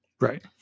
Right